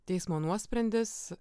teismo nuosprendis